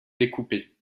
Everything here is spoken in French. découpé